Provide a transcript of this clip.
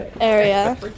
area